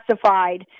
classified